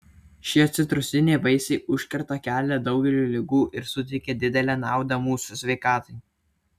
šie citrusiniai vaisiai užkerta kelią daugeliui ligų ir suteikia didelę naudą mūsų sveikatai